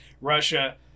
Russia